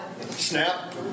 Snap